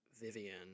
Vivian